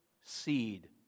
seed